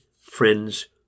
friends